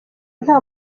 nta